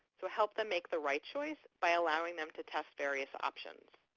so help them make the right choice by allowing them to test various options.